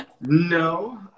No